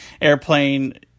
airplane